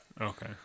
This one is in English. Okay